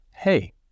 hey